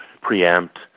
preempt